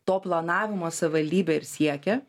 to planavimo savivaldybė ir siekia